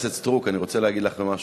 אני רוצה להגיד לך משהו.